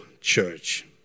church